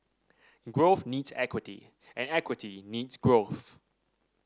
growth needs equity and equity needs growth